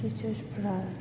teachers फोरा